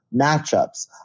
matchups